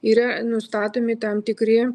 yra nustatomi tam tikri